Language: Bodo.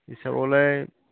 हिसाबावलाय